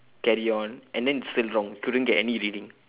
carry on and then still wrong couldn't get any reading